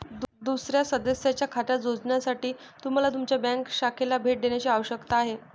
दुसर्या सदस्याच्या खात्यात जोडण्यासाठी तुम्हाला तुमच्या बँक शाखेला भेट देण्याची आवश्यकता आहे